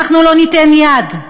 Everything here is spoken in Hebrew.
אנחנו לא ניתן יד.